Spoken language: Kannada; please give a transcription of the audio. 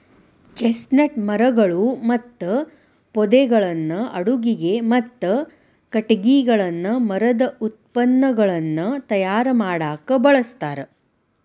ಚೆಸ್ಟ್ನಟ್ ಮರಗಳು ಮತ್ತು ಪೊದೆಗಳನ್ನ ಅಡುಗಿಗೆ, ಮತ್ತ ಕಟಗಿಗಳನ್ನ ಮರದ ಉತ್ಪನ್ನಗಳನ್ನ ತಯಾರ್ ಮಾಡಾಕ ಬಳಸ್ತಾರ